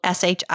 SHI